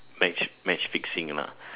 match match fixing lah